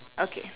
okay